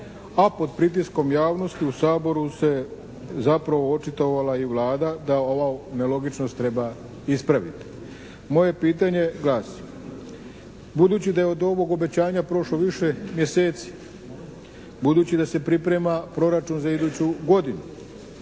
a pod pritiskom javnosti u Saboru se zapravo očitovala i Vlada da se ova nelogičnost treba ispraviti. Moje pitanje glasi. Budući da je od ovog obećanja prošlo više mjeseci, budući da se priprema proračun za iduću godinu,